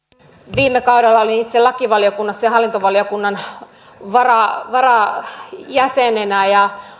viime kaudella olin itse lakivaliokunnassa ja hallintovaliokunnan varajäsenenä ja